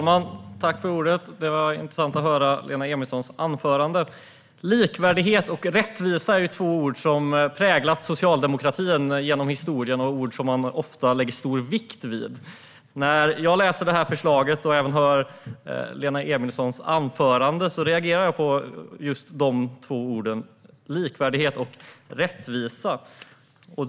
Fru talman! Det var intressant att höra Lena Emilssons anförande. Likvärdighet och rättvisa är två ord som har präglat socialdemokratin genom historien och som man ofta lägger stor vikt vid. När jag läste förslaget och hörde på Lena Emilssons anförande reagerade jag på just de två orden: likvärdighet och rättvisa.